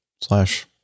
slash